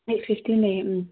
eight fifty ꯂꯩꯌꯦ ꯎꯝ